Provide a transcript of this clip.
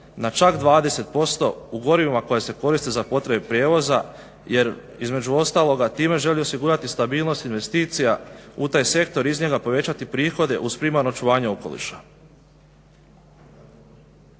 na čak 20% u gorivima koja se koriste za potrebe prijevoza jer između ostaloga time želi osigurati stabilnost investicija u taj sektor i iz njega povećati prihode uz primarno očuvanje okoliša.